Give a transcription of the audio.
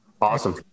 Awesome